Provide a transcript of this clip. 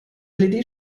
led